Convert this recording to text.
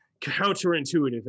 counterintuitive